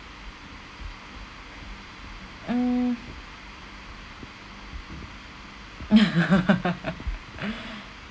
mm